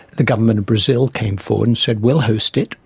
the government of brazil came forward and said we'll host it,